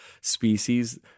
species